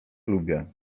lubię